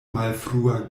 malfrua